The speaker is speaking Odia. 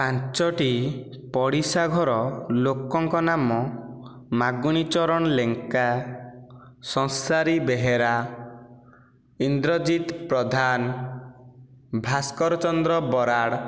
ପାଞ୍ଚୋଟି ପଡ଼ିଶା ଘର ଲୋକଙ୍କ ନାମ ମାଗୁଣି ଚରଣ ଲେଙ୍କା ସଂସାରୀ ବେହେରା ଇନ୍ଦ୍ରଜିତ ପ୍ରଧାନ ଭାସ୍କର ଚନ୍ଦ୍ର ବରାଳ